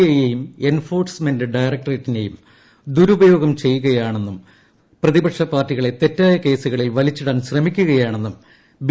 ഐയെയും enforcement ഡയറ്റ്ട്ടറേറ്റിനെയും ദുരുപയോഗം ചെയ്യുകയാണെന്നും പ്രതീപക്ഷ പാർട്ടികളെ തെറ്റായ കേസ്സുകളിൽ വലിച്ചിടാൻ ശ്രമിക്കുകയാണെന്നും ബി